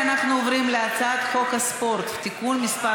אנחנו עוברים להצעת חוק הספורט (תיקון מס'